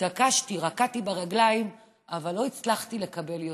התעקשתי, רקעתי ברגליים, אבל לא הצלחתי לקבל יותר.